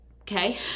Okay